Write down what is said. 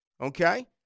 okay